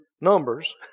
numbers